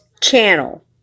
channel